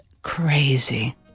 crazy